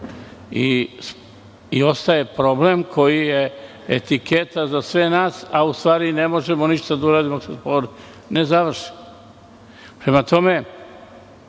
Ostaje problem koji je etiketa za sve nas, a u stvari ne možemo ništa da uradimo dok se spor ne završi. Zakon